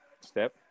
step